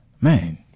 Man